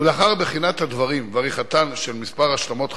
ולאחר בחינת הדברים ועריכתן של מספר השלמות חקירה,